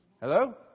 hello